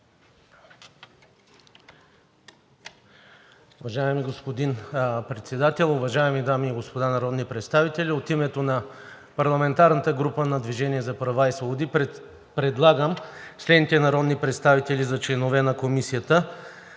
Уважаеми господин Председател, уважаеми дами и господа народни представители! От името на парламентарната група на „Движение за права и свободи“ предлагаме следните народни представители за членове на Комисията: